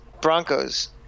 Broncos